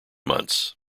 months